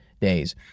days